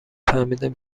فهمیدم